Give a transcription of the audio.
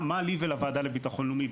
מה לי ולוועדה לבטחון לאומי?